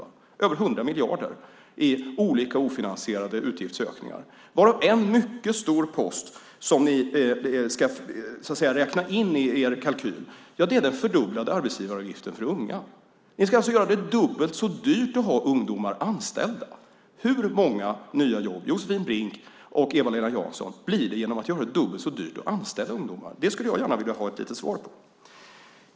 Det är över 100 miljarder i olika ofinansierade utgiftsökningar. En mycket stor post som ni ska räkna in i er kalkyl är den fördubblade arbetsgivaravgiften för unga. Ni ska göra det dubbelt så dyrt att ha ungdomar anställda. Hur många nya jobb, Josefin Brink och Eva-Lena Jansson, blir det genom att man gör det dubbelt så dyrt att anställa ungdomar? Det skulle jag gärna vilja ha ett svar på.